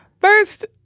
First